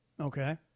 Okay